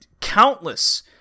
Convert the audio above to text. countless